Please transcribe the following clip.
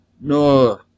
no